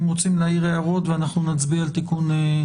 אם רוצים להעיר הערות ואנחנו נצביע על תיקונים 7 ו-8.